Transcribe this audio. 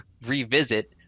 revisit